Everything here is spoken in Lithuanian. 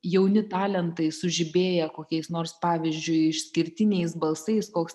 jauni talentai sužibėję kokiais nors pavyzdžiui išskirtiniais balsais koks